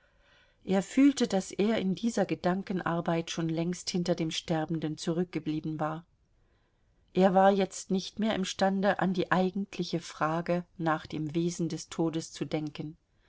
er fühlte daß er in dieser gedankenarbeit schon längst hinter dem sterbenden zurückgeblieben war er war jetzt nicht mehr imstande an die eigentliche frage nach dem wesen des todes zu denken